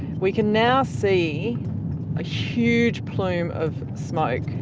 we can now see a huge plume of smoke.